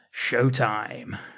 Showtime